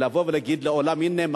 ולבוא ולהגיד לעולם: הנה הם,